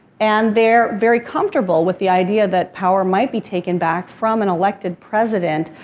and they're very comfortable with the idea that power might be taken back from an elected president,